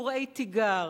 קוראי תיגר,